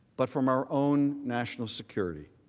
but from our own national security.